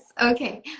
Okay